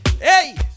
Hey